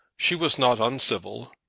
she was not uncivil.